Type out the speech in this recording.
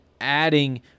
adding